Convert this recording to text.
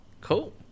Cool